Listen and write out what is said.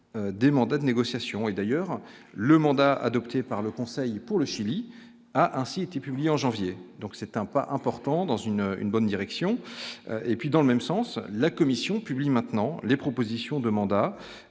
des mandats de négociation et d'ailleurs le mandat adopté par le conseil pour le Chili a ainsi été publié en janvier, donc c'est un pas important dans une une bonne direction et puis dans le même sens, la Commission publie maintenant les propositions de mandat,